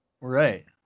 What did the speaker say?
Right